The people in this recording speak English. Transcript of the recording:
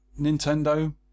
Nintendo